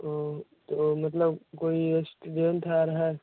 ओ तो मतलब कोई स्टूडेंट आ रहा है